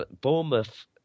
Bournemouth